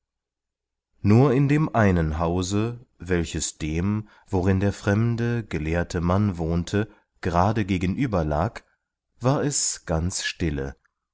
nur in dem einen hause welches dem worin der fremde gelehrte mann wohnte gerade gegenüber lag war es ganz stille